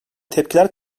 tepkiler